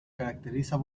caracteriza